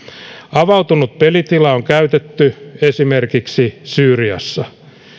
avautunut pelitila on käytetty esimerkiksi syyriassa